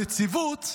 הנציבות,